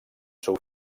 seu